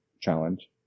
challenge